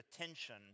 attention